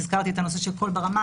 הזכרתי את הנושא של "קול ברמה".